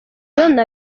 fiona